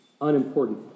unimportant